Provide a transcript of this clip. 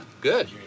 Good